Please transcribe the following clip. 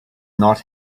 not